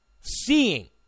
seeing